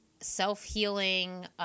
self-healing